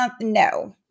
No